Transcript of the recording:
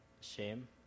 shame